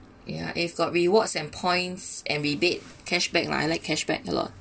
ya if got rewards and points and rebate cashback lah I like cashback a lot